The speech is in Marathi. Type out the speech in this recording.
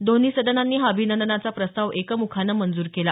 दोन्ही सदनांनी हा अभिनंदनाचा प्रस्ताव एकमुखानं मंजूर केला